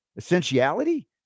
essentiality